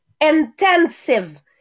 intensive